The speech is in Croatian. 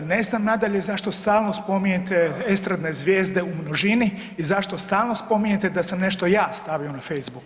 Ne znam nadalje zašto stalno spominjete estradne zvijezde u množini i zašto stalno spominjete da sam nešto ja stavi na Facebook.